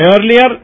earlier